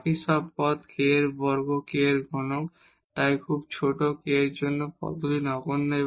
বাকি সব পদ k বর্গ k ঘনক এবং তাই খুব ছোট k এর জন্য এই পদগুলি নগণ্য হয়